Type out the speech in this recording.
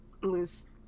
lose